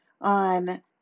on